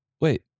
wait